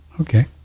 Okay